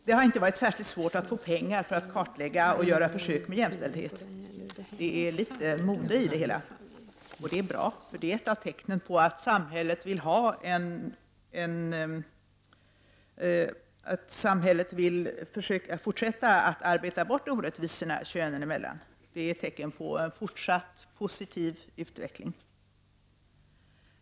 Det har inte varit särskilt svårt att få pengar för att kartlägga och göra försök med jämställdhet. Det är något av mode i det hela, och det är bra eftersom det är ett av tecknen på att samhället vill arbeta bort orättvisorna könen emellan. Det är ett tecken på en fortsatt positiv utveckling.